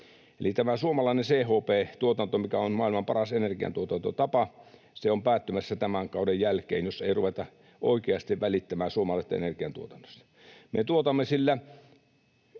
suomalainen CHP-tuotanto, mikä on maailman paras energiantuotantotapa, on päättymässä tämän kauden jälkeen, jos ei ruveta oikeasti välittämään suomalaisesta energiantuotannosta.